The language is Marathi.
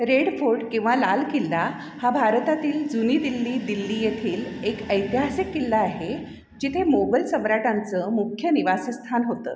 रेड फोर्ट किंवा लाल किल्ला हा भारतातील जुनी दिल्ली दिल्ली येथील एक ऐतिहासिक किल्ला आहे जिथे मोंगल सम्राटांचं मुख्य निवास स्थान होतं